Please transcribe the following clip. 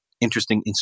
interesting